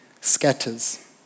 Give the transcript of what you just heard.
scatters